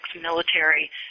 military